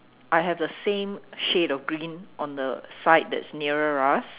I have the same shade of green on the side that's nearer us